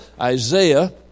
Isaiah